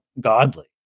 godly